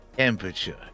Temperature